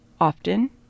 often